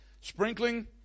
sprinkling